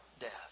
death